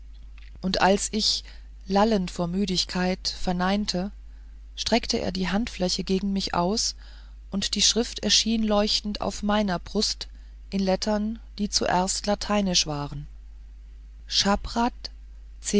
und als ich lallend vor müdigkeit verneinte streckte er die handfläche gegen mich aus und die schrift erschien leuchtend auf meiner brust in lettern die zuerst lateinisch waren